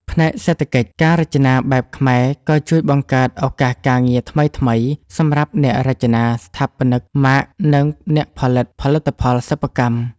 ផ្នែកសេដ្ឋកិច្ច ការរចនាបែបខ្មែរក៏ជួយបង្កើតឱកាសការងារថ្មីៗ សម្រាប់អ្នករចនា ស្ថាបនិកម៉ាក និងអ្នកផលិតផលិតផលសិប្បកម្ម។